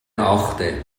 achte